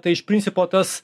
tai iš principo tas